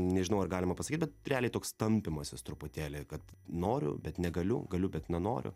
nežinau ar galima pasakyt bet realiai toks tampymasis truputėlį kad noriu bet negaliu galiu bet nenoriu